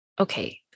Okay